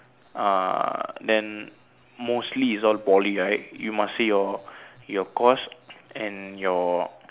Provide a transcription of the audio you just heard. uh then mostly is all poly right you must say your your course and your